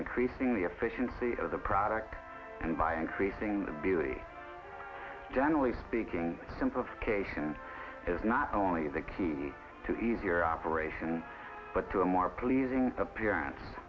increasing the efficiency of the product and by increasing the beauty generally speaking simplification is not only the key to easier operation but to a more pleasing appearance